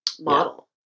model